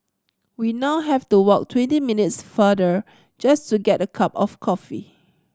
we now have to walk twenty minutes farther just to get a cup of coffee